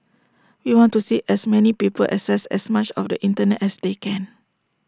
we want to see as many people access as much of the Internet as they can